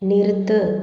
நிறுத்து